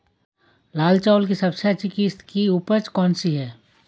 लाल चावल की सबसे अच्छी किश्त की उपज कौन सी है?